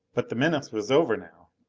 but the menace was over now,